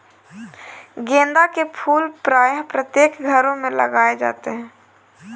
गेंदा के फूल प्रायः प्रत्येक घरों में लगाए जाते हैं